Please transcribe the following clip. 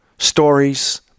Stories